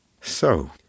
So